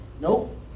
nope